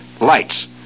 lights